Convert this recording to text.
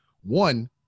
one